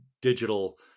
digital